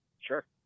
Sure